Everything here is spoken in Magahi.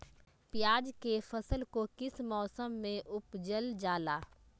प्याज के फसल को किस मौसम में उपजल जाला?